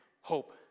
hope